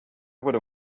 would